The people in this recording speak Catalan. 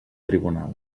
tribunal